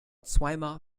zweimal